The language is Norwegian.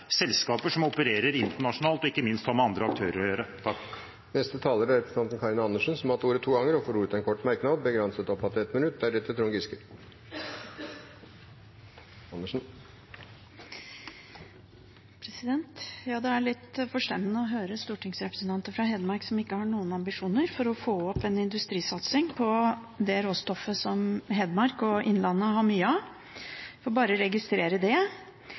selskaper som opererer internasjonalt og ikke minst har med andre aktører å gjøre. Representanten Karin Andersen har hatt ordet to ganger tidligere og får ordet til en kort merknad, begrenset til 1 minutt. Det er litt forstemmende å høre stortingsrepresentanter fra Hedmark som ikke har noen ambisjoner for å få opp en industrisatsing på det råstoffet som Hedmark og innlandet har mye av. Jeg får bare registrere det.